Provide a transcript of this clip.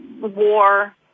war